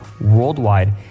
worldwide